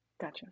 Gotcha